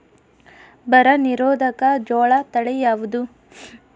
ಬರ ನಿರೋಧಕ ಜೋಳ ತಳಿ ಯಾವುದು?